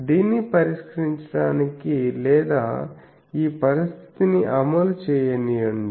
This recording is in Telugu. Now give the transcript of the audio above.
దీన్ని పరిష్కరించడానికి లేదా ఈ పరిస్థితిని అమలు చేయనివ్వండి